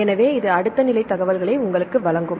எனவே இது அடுத்த நிலை தகவல்களை உங்களுக்கு வழங்கும்